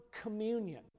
communion